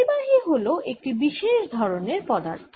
পরিবাহী হল একটি বিশেষ ধরনের পদার্থ